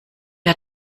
der